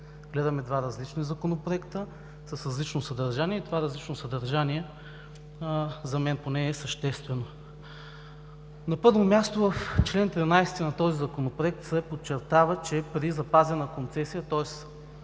Гледаме два различни законопроекта, с различно съдържание, и това различно съдържание за мен поне е съществено. На първо място, в чл. 13 на този Законопроект се подчертава, че при запазена концесия, тоест